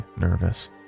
nervous